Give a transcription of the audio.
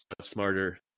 smarter